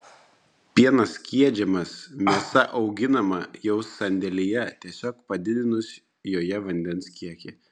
pienas skiedžiamas mėsa auginama jau sandėlyje tiesiog padidinus joje vandens kiekį